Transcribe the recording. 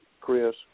Chris